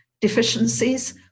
deficiencies